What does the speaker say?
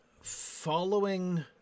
following